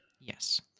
Yes